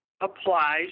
applies